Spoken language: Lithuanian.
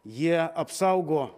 jie apsaugo